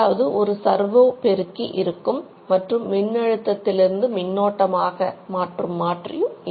அதாவது ஒரு சர்வோ பெருக்கி மாற்றும் மாற்றி இருக்கும்